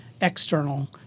external